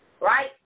Right